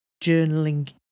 journaling